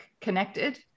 connected